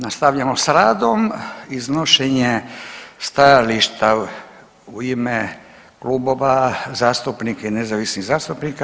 Nastavljamo s radom, iznošenje stajališta u ime klubova zastupnika i nezavisnih zastupnika.